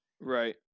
Right